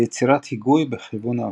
ויצירת היגוי בכיוון ההפוך.